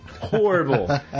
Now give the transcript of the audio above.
Horrible